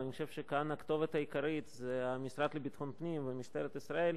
ואני חושב שכאן הכתובת העיקרית זה המשרד לביטחון פנים ומשטרת ישראל,